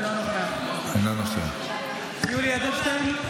אינו נוכח יולי יואל אדלשטיין,